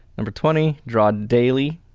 number twenty, draw daily.